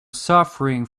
suffering